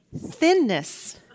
Thinness